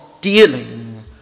dealing